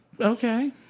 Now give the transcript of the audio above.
Okay